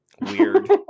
Weird